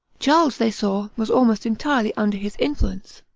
charles, they saw, was almost entirely under his influence.